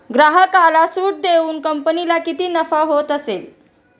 ग्राहकाला सूट देऊन कंपनीला किती नफा होत असेल